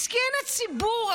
מסכן הציבור,